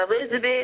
Elizabeth